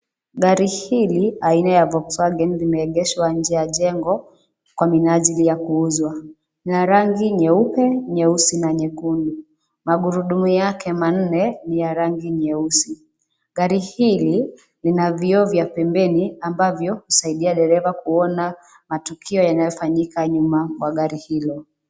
Gari hili aina ya Volkswagen limeegeshwa nje ya jengo kwa minaajili ya kuuzwa. Ni la rangi nyeupe, nyeusi na nyekundu. Magurudumu yake manne ni ya rangi nyeusi. Gari hili lina vioo vya pembeni ambavyo husaidia dereva kuona matukio yanayofanyika nyuma mwa gari hilo.